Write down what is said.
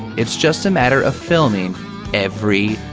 it's just a matter of filming every,